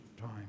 time